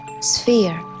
sphere